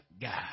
God